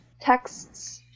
texts